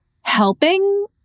helping